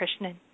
Krishnan